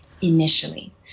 initially